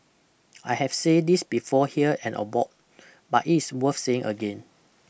I have say this before here and abroad but it's worth saying again